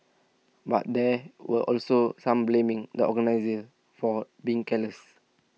but there were also some blaming the organisers for being careless